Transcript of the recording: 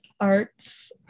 arts